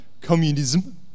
communism